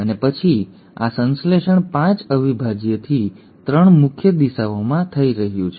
અને પછી આ સંશ્લેષણ ૫ અવિભાજ્યથી ૩ મુખ્ય દિશામાં થઈ રહ્યું છે